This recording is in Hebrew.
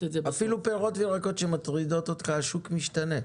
אפילו פירות וירקות, שמטרידים אותך, השוק משתנה.